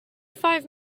five